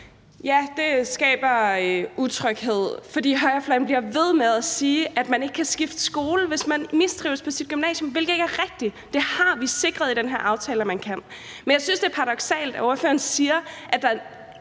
Ja, det skaber utryghed, fordi højrefløjen bliver ved med at sige, at man ikke kan skifte skole, hvis man mistrives på sit gymnasium, hvilket ikke er rigtigt. Det har vi sikret i den her aftale at man kan. Men jeg synes, det er paradoksalt, at ordføreren siger, at der